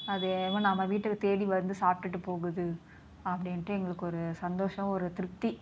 அது என்னமோ நம்ம வீட்டுக்குத் தேடி வந்து சாப்பிட்டுட்டு போகுது அப்படின்ட்டு எங்களுக்கு ஒரு சந்தோஷம் ஒரு திருப்தி